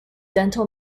dental